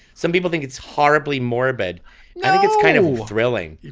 some people think it's horribly morbid and it gets kind of thrilling.